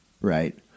right